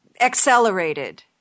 accelerated